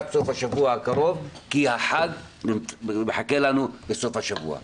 בסוף השבוע הקרוב כי החג מחכה לנו בסוף השבוע.